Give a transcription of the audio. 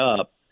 up